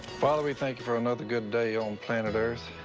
father, we thank you for another good day on planet earth.